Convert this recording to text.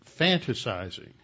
fantasizing